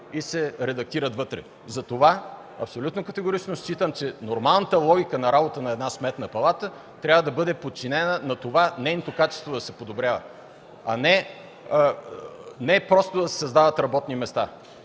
и се редактират вътре. Абсолютно категорично считам, че нормалната логика на работа на една Сметна палата трябва да бъде подчинена на това нейното качество да се подобрява, а не просто да се създават работни места.